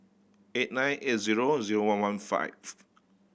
eight nine eight zero zero one one five